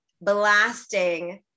blasting